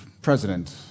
President